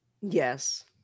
Yes